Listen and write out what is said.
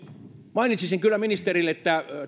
mainitsisin kyllä ministerille että